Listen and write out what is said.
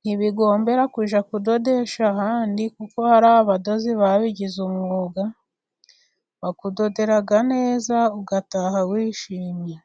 ntibigombera kujya kudodesha ahandi, kuko hari abadozi babigize umwuga bakudodera neza ugataha wishimye.